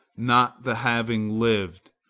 not the having lived.